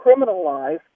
criminalize